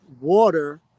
water